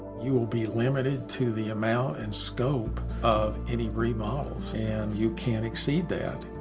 you'll be limited to the amount and scope of any remodels. and you can't exceed that.